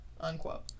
unquote